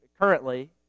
currently